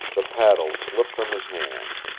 the paddle slipped from his hand.